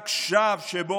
וחשב